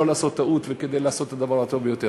לא לעשות טעות וכדי לעשות את הדבר הטוב ביותר.